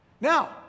Now